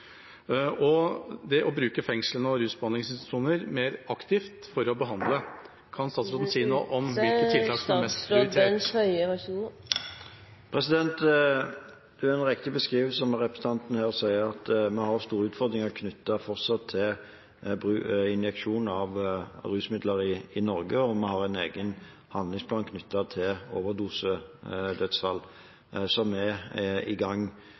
å bruke fengsler og rusbehandlingsinstitusjoner mer aktivt for å behandle. Kan statsråden si noe om hvilke tiltak som er høyest prioritert? Det er en riktig beskrivelse representanten her kommer med – at vi fortsatt har store utfordringer knyttet til injeksjon av rusmidler i Norge, og vi har i gang en egen handlingsplan knyttet til overdosedødsfall. Når det gjelder tilfeller av hepatitt C i